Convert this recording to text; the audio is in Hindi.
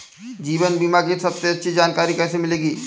जीवन बीमा की सबसे अच्छी जानकारी कैसे मिलेगी?